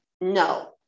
no